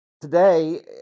today